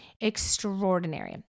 Extraordinary